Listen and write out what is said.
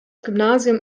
gymnasium